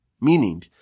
meaning